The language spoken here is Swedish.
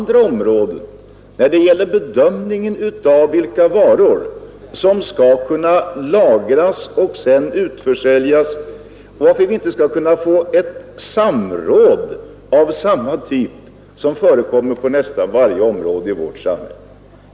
Jag förstår inte varför man inte vid bedömningen av vilka varor som skall lagras och sedan utförsäljas inte skall kunna få till stånd ett samråd av samma typ som förekommer på nästan varje område i vårt samhälle.